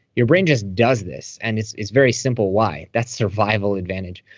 your brain just does this, and it's it's very simple why. that's survival advantage.